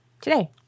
today